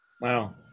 Wow